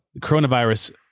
coronavirus